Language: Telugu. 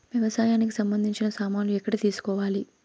వ్యవసాయానికి సంబంధించిన సామాన్లు ఎక్కడ తీసుకోవాలి?